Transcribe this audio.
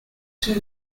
two